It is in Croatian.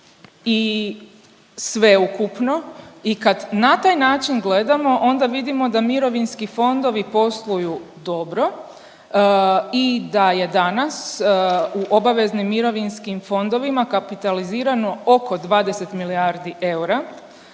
i sveukupno i kad na taj način gledamo, onda vidimo da mirovinski fondovi posluju dobro i da je danas u obaveznim mirovinskim fondovima kapitalizirano oko 20 milijardi eura,